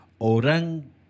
Orang